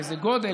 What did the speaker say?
באיזה גודל,